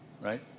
right